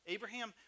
Abraham